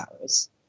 hours